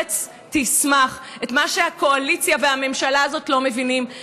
כשהחקיקה והאכיפה מחמירות יותר,